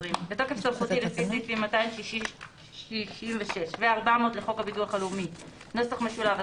בתוקף סמכותי לפי סעיפים 266 ו-400 לחוק הביטוח הלאומי (נוסח משולב(,